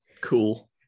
cool